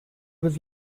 was